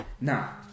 Now